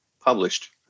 published